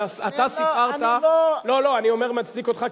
אני מצדיק אותך,